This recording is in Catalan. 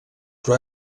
però